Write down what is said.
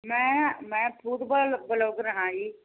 ਮੈਂ ਮੈਂ ਫੂਡ ਬਲੋ ਬਲੋਗਰ ਹਾਂ ਜੀ